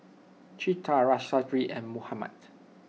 Citra Lestari and Muhammad